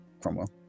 Cromwell